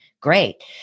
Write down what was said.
great